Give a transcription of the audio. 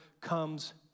comes